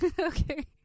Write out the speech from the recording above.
okay